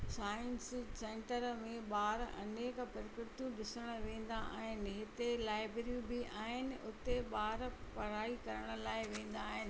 science centre में ॿार अनेक प्रकृतियूं ॾिसणु वेंदा आहिनि हिते लाईब्रेरियूं बि आहिनि उते ॿार पढ़ाई करण लाइ वेंदा आहिनि